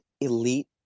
elite